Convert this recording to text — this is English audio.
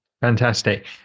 fantastic